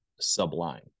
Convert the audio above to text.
Sublime